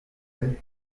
int